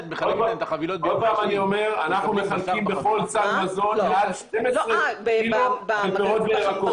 עוד פעם אני אומר אנחנו מחלקים בכל סל מזון מעל 12 קילו פירות וירקות.